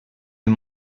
you